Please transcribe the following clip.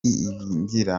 ibingira